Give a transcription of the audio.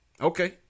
Okay